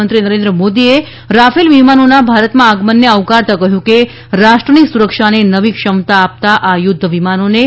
પ્રધાનમંત્રી નરેન્દ્ર મોદીએ રાફેલ વિમાનોના ભારતમાં આગમનને આવકારતા કહ્યું કે રાષ્ટ્રની સુરક્ષાને નવી ક્ષમતા આપતા આ યુદ્ધ વિમાનોને તા